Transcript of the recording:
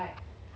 oh